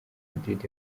madrid